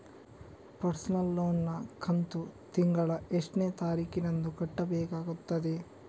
Personal loan ನ ಕಂತು ತಿಂಗಳ ಎಷ್ಟೇ ತಾರೀಕಿನಂದು ಕಟ್ಟಬೇಕಾಗುತ್ತದೆ?